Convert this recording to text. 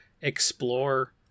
explore